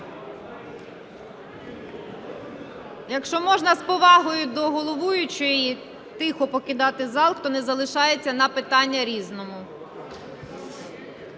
Якщо можна, з повагою до головуючої, тихо покидати зал, хто не залишається на питання "Різне".